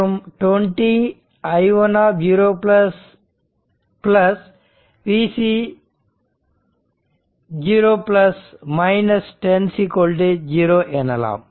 மற்றும் 20 i10 Vc0 10 0 ஆகும்